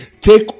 take